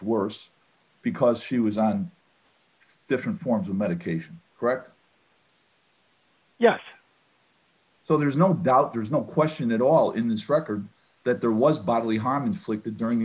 worse because he was on different forms of medication correct yes so there's no doubt there's no question at all in this record that there was bodily harm inflicted during the